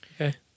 Okay